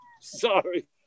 Sorry